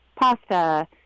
pasta